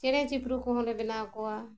ᱪᱮᱬᱮ ᱪᱤᱯᱨᱩᱡ ᱠᱚᱦᱚᱸᱞᱮ ᱵᱮᱱᱟᱣ ᱠᱚᱣᱟ